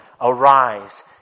arise